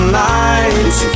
lights